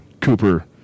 Cooper